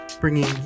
bringing